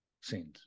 scenes